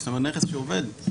נכס עובד,